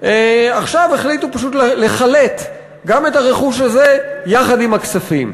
עכשיו החליטו פשוט לחלט גם את הרכוש הזה יחד עם הכספים.